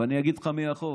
ואני אגיד לך מה החוק,